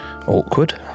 Awkward